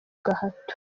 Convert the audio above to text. gahato